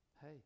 hey